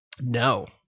No